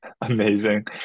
Amazing